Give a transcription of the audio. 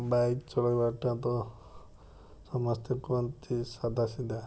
bike ଚଳେଇବା ଟା ତ ସମସ୍ତେ କୁହନ୍ତି ସାଧା ସିଧା